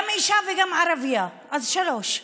גם אישה וגם ערבייה, אז שלוש.